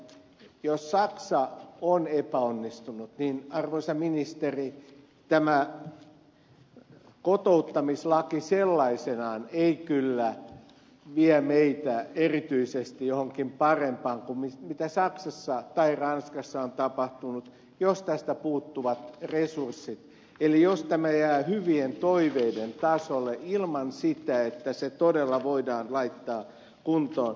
jos saksa on epäonnistunut niin arvoisa ministeri tämä kotouttamislaki sellaisenaan ei kyllä vie meitä erityisesti johonkin parempaan kuin mitä saksassa tai ranskassa on tapahtunut jos tästä puuttuvat resurssit eli jos tämä jää hyvien toiveiden tasolle ilman sitä että se todella voidaan laittaa kuntoon